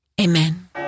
Amen